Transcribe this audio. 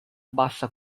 bassa